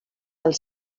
els